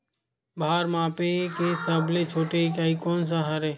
भार मापे के सबले छोटे इकाई कोन सा हरे?